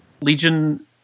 legion